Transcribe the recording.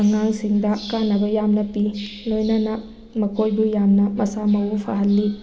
ꯑꯉꯥꯡꯁꯤꯡꯗ ꯀꯥꯟꯅꯕ ꯌꯥꯝꯅ ꯄꯤ ꯂꯣꯏꯅꯅ ꯃꯈꯣꯏꯕꯨ ꯌꯥꯝꯅ ꯃꯁꯥ ꯃꯎ ꯐꯍꯟꯂꯤ